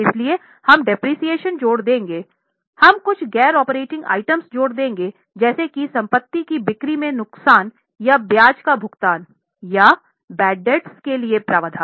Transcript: इसलिए हम डेप्रिसिएशन के लिए प्रावधान